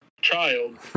child